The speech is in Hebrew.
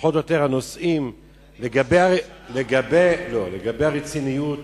לגבי הרציניות